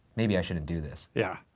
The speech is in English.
maybe i shouldn't do this. yeah.